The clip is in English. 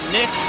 Nick